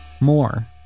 More